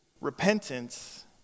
repentance